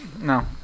No